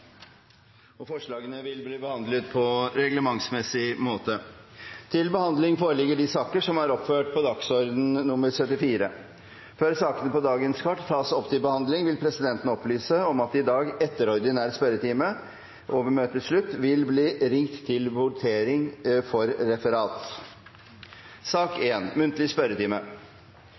og mer treffsikre metoder for alderstesting av barn som søker asyl. Forslagene vil bli behandlet på reglementsmessig måte. Før sakene på dagens kart tas opp til behandling, vil presidenten opplyse om at det i dag etter ordinær spørretime, ved møtets slutt, vil bli ringt til votering for Referat.